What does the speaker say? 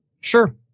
Sure